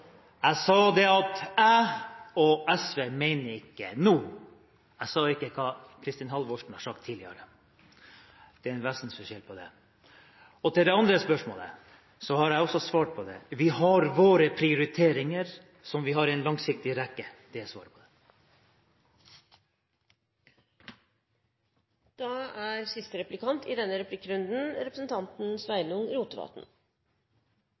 Jeg sa hva jeg og SV ikke mener nå – ikke hva Kristin Halvorsen har sagt tidligere. Det er en vesensforskjell på det. Til det andre spørsmålet, som jeg også har svart på: Vi har våre prioriteringer, som vi har i en langsiktig rekke. Det er svaret på det. Eg oppfattar SV som eit parti som er oppteke av ryddige forhold i